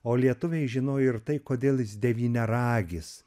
o lietuviai žino ir tai kodėl jis devyniaragis